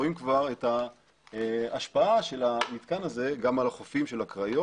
רואים כבר את ההשפעה של המתקן הזה גם על החופים של הקריות.